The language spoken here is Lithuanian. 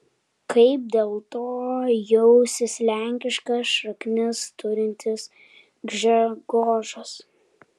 kaip dėl to jausis lenkiškas šaknis turintis gžegožas